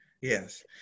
yes